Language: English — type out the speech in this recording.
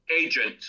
Agent